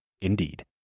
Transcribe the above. Indeed